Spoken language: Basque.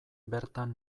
bertan